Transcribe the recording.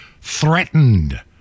threatened